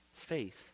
Faith